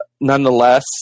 nonetheless